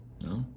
No